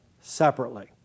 separately